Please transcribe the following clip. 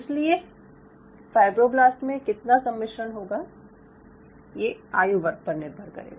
इसलिए फायब्रोब्लास्ट में कितना सम्मिश्रण होगा ये आयु वर्ग पर निर्भर करेगा